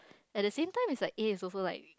at the same time is like A is also like